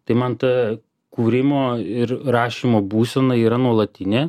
tai man ta kūrimo ir rašymo būsena yra nuolatinė